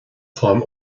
táim